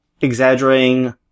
exaggerating